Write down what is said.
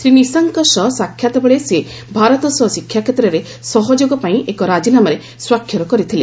ଶ୍ରୀ ନିଶଙ୍କ ଙ୍କ ସହ ସାକ୍ଷାତ୍ବେଳେ ସେ ଭାରତ ସହ ଶିକ୍ଷାକ୍ଷେତ୍ରରେ ସହଯୋଗ ପାଇଁ ଏକ ରାଜିନାମାରେ ସ୍ୱାକ୍ଷର କରିଥିଲେ